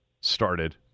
started